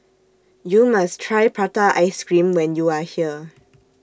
YOU must Try Prata Ice Cream when YOU Are here